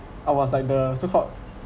I was like the so called